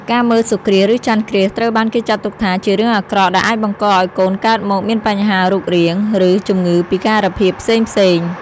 ការមើលសូរគ្រាស ឬចន្ទគ្រាស ត្រូវបានគេចាត់ទុកថា ជារឿងអាក្រក់ដែលអាចបង្កឲ្យកូនកើតមកមានបញ្ហារូបរាង ឬជំងឺពិការភាពផ្សេងៗ ។